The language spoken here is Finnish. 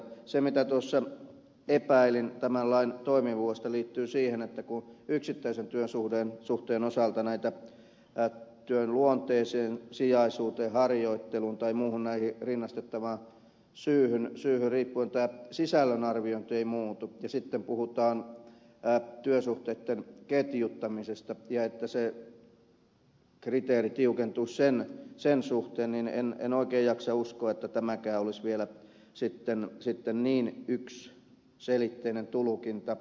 se mitä tuossa epäilin tämän lain toimivuudesta liittyy siihen että kun yksittäisen työsuhteen osalta työn luonteesta sijaisuudesta harjoittelusta tai muista näihin rinnastettavista syistä riippuen tämä sisällön arviointi ei muutu ja sitten puhutaan työsuhteitten ketjuttamisesta ja että se kriteeri tiukentuisi sen suhteen niin en oikein jaksa uskoa että tämäkään olisi vielä sitten niin yksiselitteinen tulkinta